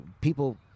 People